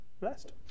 blessed